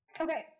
Okay